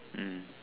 mm